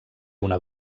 una